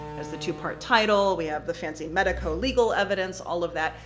has the two part title, we have the fancy medico legal evidence, all of that.